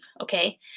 okay